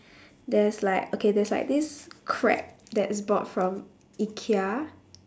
there's like okay there's like this crab that's bought from ikea